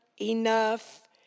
enough